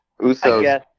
Usos